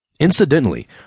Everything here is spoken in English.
Incidentally